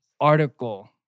article